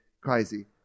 crazy